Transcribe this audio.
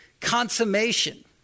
consummation